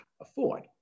afford